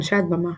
אנשי הדממה,